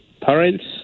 parents